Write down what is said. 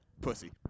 Pussy